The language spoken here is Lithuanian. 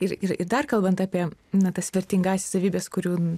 ir ir dar kalbant apie na tas vertingąsias savybes kurių